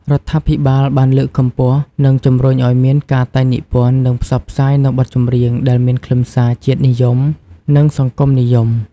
រដ្ឋាភិបាលបានលើកកម្ពស់ និងជំរុញឱ្យមានការតែងនិពន្ធ និងផ្សព្វផ្សាយនូវបទចម្រៀងដែលមានខ្លឹមសារ ជាតិនិយម និងសង្គមនិយម។